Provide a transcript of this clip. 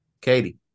Katie